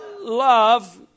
love